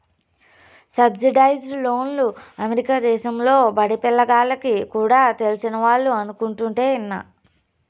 subsidised లోన్లు America దేశంలో బడిపిల్ల గాల్లకి కూడా తెలిసినవాళ్లు అనుకుంటుంటే ఇన్నా